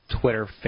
Twitter